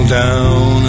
down